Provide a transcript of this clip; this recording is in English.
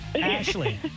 Ashley